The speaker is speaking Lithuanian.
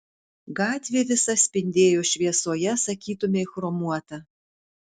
gatvė visa spindėjo šviesoje sakytumei chromuota